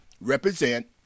represent